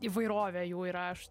įvairovė jų yra aš